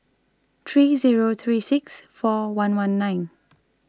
three Zero three six four one one nine